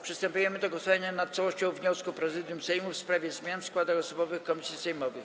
Przystępujemy do głosowania nad całością wniosku Prezydium Sejmu w sprawie zmian w składach osobowych komisji sejmowych.